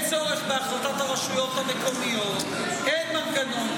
אין צורך בהחלטת הרשויות המקומיות, אין מנגנון.